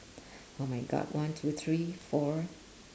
oh my god one two three four